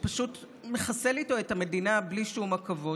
שפשוט מחסל איתו את המדינה בלי שום עכבות.